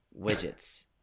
widgets